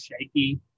shaky